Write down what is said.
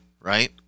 right